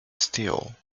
steel